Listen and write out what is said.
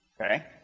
okay